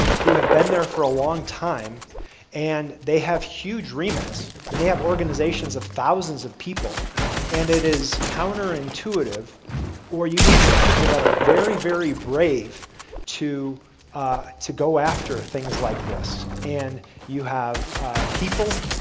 who have been there for a long time and they have huge remends and they have organizations of thousands of people and it is counter-intuitive or you need some people that are very very brave to to go after things like this. and you have people,